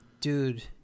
Dude